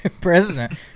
president